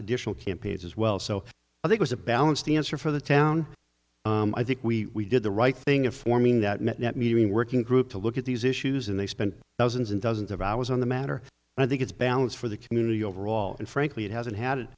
additional campaigns as well so i think was a balanced answer for the town i think we did the right thing in forming that met meeting working group to look at these issues and they spent dozens and dozens of hours on the matter and i think it's balanced for the community overall and frankly it hasn't had